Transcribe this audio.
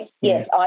yes